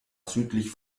südlich